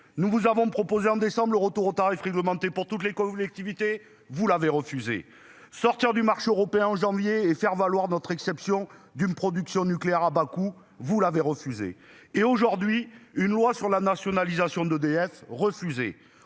Nous vous avons proposé en décembre le retour aux tarifs réglementés pour toutes les collectivités. Vous l'avez refusé. Sortir du marché européen en janvier et faire valoir notre exception d'une production nucléaire à bas coût. Vous l'avez refusé et aujourd'hui une loi sur la nationalisation d'EDF, refusée